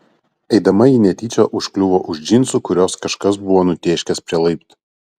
eidama ji netyčia užkliuvo už džinsų kuriuos kažkas buvo nutėškęs prie laiptų